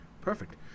perfect